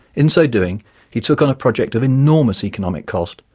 in so doing he took on a project of enormous economic cost,